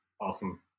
awesome